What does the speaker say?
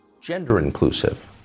gender-inclusive